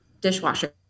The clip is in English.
dishwasher